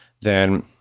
then-